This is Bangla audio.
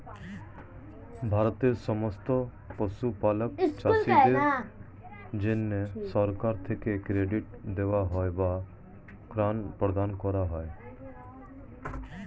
ভারতের সমস্ত পশুপালক চাষীদের জন্যে সরকার থেকে ক্রেডিট দেওয়া হয় বা ঋণ প্রদান করা হয়